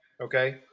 Okay